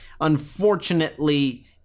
unfortunately